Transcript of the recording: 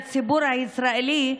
לציבור הישראלי,